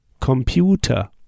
computer